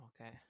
Okay